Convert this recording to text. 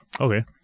Okay